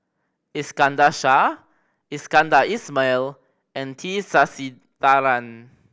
Iskandar Shah Iskandar Ismail and T Sasitharan